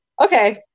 Okay